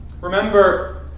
Remember